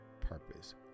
purpose